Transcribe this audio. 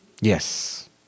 yes